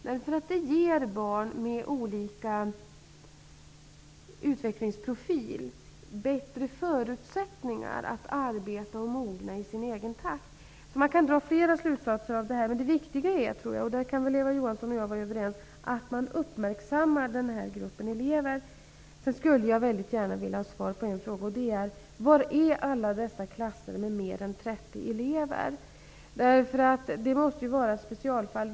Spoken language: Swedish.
Det ger nämligen barn med olika utvecklingsprofil bättre förutsättningar att arbeta och mogna i sin egen takt. Man kan alltså dra flera slutsatser av det här, men det viktiga är, och i fråga om det kan väl Eva Johansson och jag vara överens, att man uppmärksammar den här gruppen elever. Sedan skulle jag väldigt gärna vilja ha svar på en fråga: Var är alla dessa klasser med mer än 30 elever? Det måste ju vara fråga om specialfall.